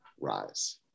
rise